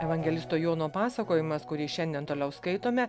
evangelisto jono pasakojimas kurį šiandien toliau skaitome